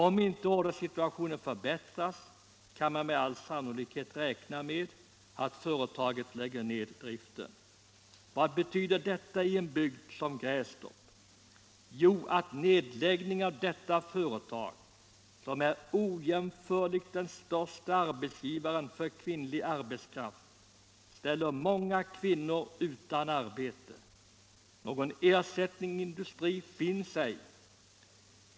Om inte ordersituationen förbättras, kan man med all sannolikhet räkna med att företaget lägger ned driften. Vad betyder detta i en bygd som Grästorp? Jo, att nedläggning av detta företag, som är ojämförligt den störste arbetsgivaren för kvinnlig arbetskraft, ställer många kvinnor utan arbete. Någon ersättningsindustri finns ej.